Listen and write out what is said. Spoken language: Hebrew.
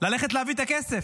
ללכת להביא את הכסף.